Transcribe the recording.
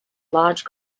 large